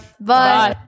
Bye